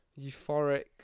euphoric